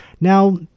Now